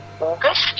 August